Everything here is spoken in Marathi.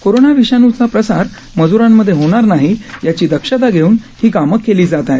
कोरोना विषाणूचा प्रसार मज्रांमध्ये होणार नाही याची दक्षता घेऊन ही कामं केली जात आहेत